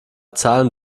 zahlen